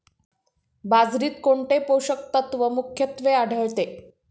बाजरीत कोणते पोषक तत्व मुख्यत्वे आढळते?